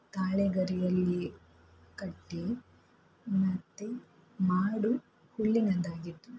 ತಾಳೆಗರಿಯಲ್ಲಿ ಕಟ್ಟಿ ಮತ್ತು ಮಾಡು ಹುಲ್ಲಿನದ್ದಾಗಿತ್ತು